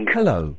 Hello